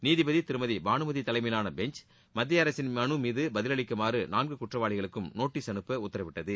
நீதிபதி திருமதி பானுமதி தலைமையிலான பெஞ்ச் மத்திய அரசின் மனு மீது பதில் அளிக்குமாறு நான்கு குற்றவாளிகளுக்கும் நோட்டீஸ் அனுப்ப உத்தரவிட்டது